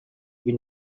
vint